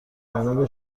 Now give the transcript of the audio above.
جانب